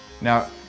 Now